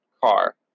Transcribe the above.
car